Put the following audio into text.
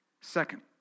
Second